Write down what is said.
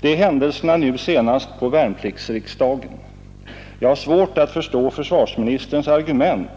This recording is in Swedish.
Det är händelserna nu senast på värnpliktsriksdagen. — Jag har svårt att förstå försvarsministerns argument